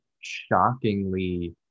shockingly